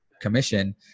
commission